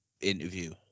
interview